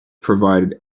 provide